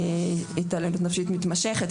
התעללות נפשית מתמשכת.